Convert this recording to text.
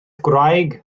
gwraig